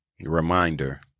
reminder